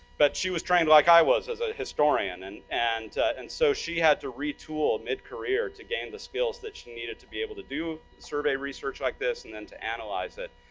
but she was trained like i was, as a historian. and and and so, she had to retool mid-career to gain the skills that she needed to be able to do survey research like this, and then to analyze it.